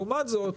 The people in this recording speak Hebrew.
לעומת זאת,